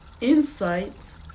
insights